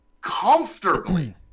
comfortably